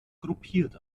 gruppiert